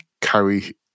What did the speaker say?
carry